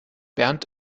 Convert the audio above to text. bernd